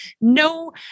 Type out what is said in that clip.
no